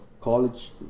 college